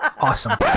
Awesome